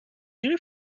جوری